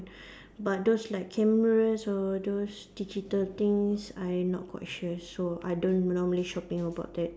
but those like cameras or those digital things I not quite sure so I don't normally shopping about that